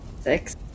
Six